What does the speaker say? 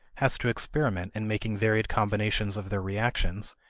has to experiment in making varied combinations of their reactions,